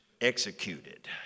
executed